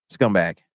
Scumbag